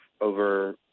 over